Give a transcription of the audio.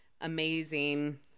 amazing